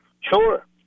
Sure